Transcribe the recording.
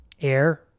Air